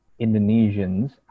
Indonesians